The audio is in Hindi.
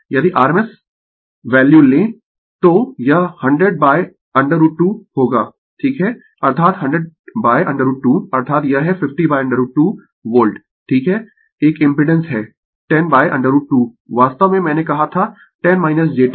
यदि rms वैल्यू लें तो यह 100√ 2 होगा ठीक है 100√ 2 अर्थात यह है 50√ 2 वोल्ट ठीक है एक इम्पिडेंस है 10 √ 2 वास्तव में मैंने कहा था 10 j 10 मतलब 10 √ 2